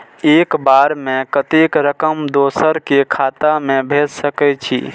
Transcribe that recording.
एक बार में कतेक रकम दोसर के खाता में भेज सकेछी?